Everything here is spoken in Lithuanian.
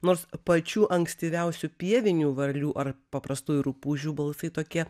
nors pačių ankstyviausių pievinių varlių ar paprastųjų rupūžių balsai tokie